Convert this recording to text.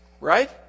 right